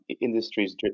industries